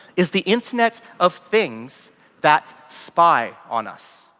is the internet of things that spy on us,